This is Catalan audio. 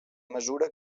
mesura